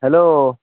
hello